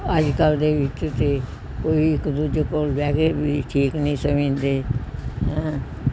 ਅੱਜ ਕੱਲ੍ਹ ਦੇ ਵਿੱਚ ਤਾਂ ਕੋਈ ਇੱਕ ਦੂਜੇ ਦੇ ਕੋਲ ਬਹਿ ਕੇ ਵੀ ਠੀਕ ਨਹੀਂ ਸਮਝਦੇ ਹੈ